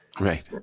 right